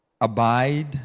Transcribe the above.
abide